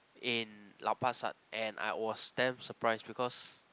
in Lau-Pa-Sat and I was damn surprised because